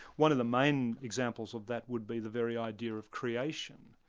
one of the main examples of that would be the very idea of creation.